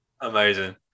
amazing